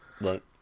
Right